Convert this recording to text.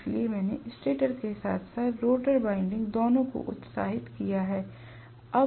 इसलिए मैंने स्टेटर के साथ साथ रोटर वाइंडिंग दोनों को उत्साहित किया है